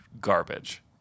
garbage